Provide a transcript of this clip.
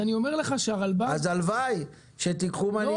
אז אני אומר לך שהרלב"ד --- אז הלוואי שתיקחו מנהיגות.